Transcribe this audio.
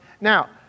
Now